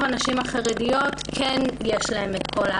הנשים החרדיות כן יש להן השכלה שהיא רק ליד.